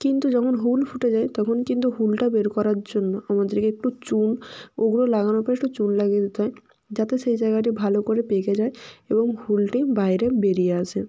কিন্তু যখন হুল ফুটে যায় তখন কিন্তু হুলটা বের করার জন্য আমাদেরকে একটু চুন ওগুলো লাগানোর পাশে একটু চুন লাগিয়ে দিতে হয় যাতে সেই জায়গাটা ভালো করে পেকে যায় এবং হুলটা বাইরে বেড়িয়ে আসে